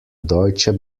deutsche